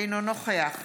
אינו נוכח